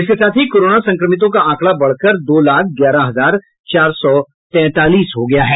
इसके साथ ही कोरोना संक्रमितों का आंकड़ा बढ़कर दो लाख ग्यारह हजार चार सौ तैंतालीस हो गया है